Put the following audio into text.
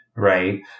Right